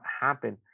happen